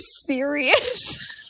serious